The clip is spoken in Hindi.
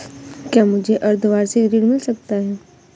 क्या मुझे अर्धवार्षिक ऋण मिल सकता है?